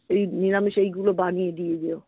এই নিরামিষ এইগুলো বানিয়ে দিয়ে যেও